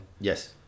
Yes